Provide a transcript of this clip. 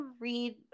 read